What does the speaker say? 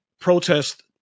protest